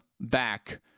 back